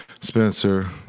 Spencer